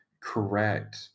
correct